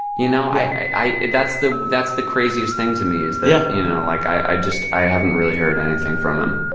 you know, i i that's the that's the craziest thing to me is that. yeah. you know, like, i just i haven't really heard anything from him.